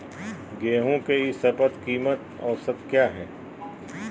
गेंहू के ई शपथ कीमत औसत क्या है?